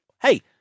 hey